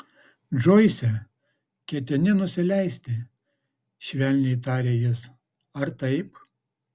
džoise ketini nusileisti švelniai tarė jis ar taip